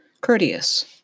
Courteous